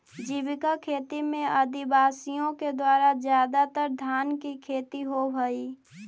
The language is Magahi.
जीविका खेती में आदिवासियों के द्वारा ज्यादातर धान की खेती होव हई